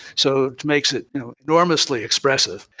so it makes it enormously expressive.